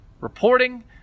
reporting